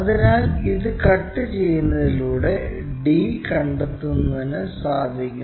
അതിനാൽ ഇത് കട്ട് ചെയ്യുന്നതിലൂടെ d കണ്ടെത്തുന്നതിനു സാധിക്കുന്നു